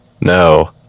No